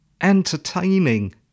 entertaining